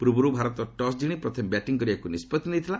ପୂର୍ବରୁ ଭାରତ ଟସ୍ ଜିଣି ପ୍ରଥମେ ବ୍ୟାଟିଂ କରିବାକୁ ନିଷ୍ପଭି ନେଇଥିଲା